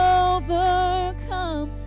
overcome